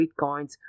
bitcoins